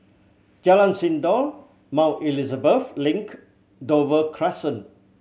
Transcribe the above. Jalan Sindor Mount Elizabeth Link Dover Crescent